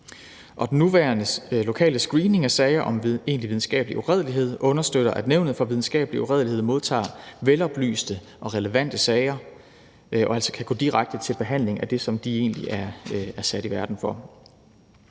Den nuværende lokale screening af sager om egentlig videnskabelig uredelighed understøtter, at Nævnet for Videnskabelig Uredelighed modtager veloplyste og relevante sager og altså kan gå direkte til behandling af det, de egentlig er sat i verden for.